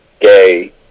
gay